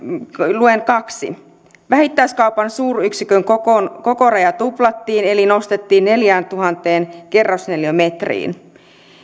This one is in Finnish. luen kaksi vähittäiskaupan suuryksikön kokoraja tuplattiin eli nostettiin neljääntuhanteen kerrosneliömetriin